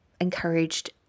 encouraged